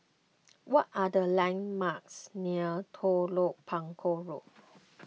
what are the landmarks near Telok Paku Road